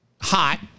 Hot